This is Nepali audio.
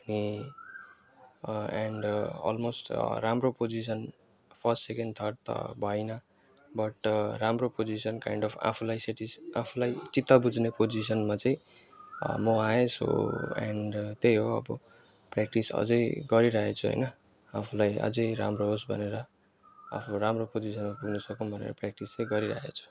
अनि एन्ड अलमोस्ट राम्रो पोजिसन फर्स्ट सेकेन्ड थर्ड त भइनँ बट राम्रो पोजिसन काइन्ड अफ आफूलाई सेटिस आफूलाई चित्त बुझ्ने पोजिसनमा चाहिँ म आएँ सो एन्ड त्यही हो अब प्र्याक्टिस अझै गरिरहेछु होइन आफूलाई अझै राम्रो होस् भनेर आफू राम्रो पोजिसनमा पुग्नु सकौँ भनेर प्र्याक्टिस चाहिँ गरिरहेछु